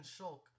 Shulk